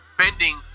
bending